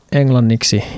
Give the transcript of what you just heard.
englanniksi